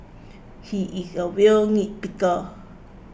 he is a real nitpicker